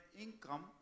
income